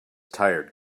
tired